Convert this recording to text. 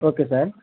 okay sir